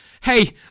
Hey